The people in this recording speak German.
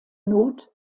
not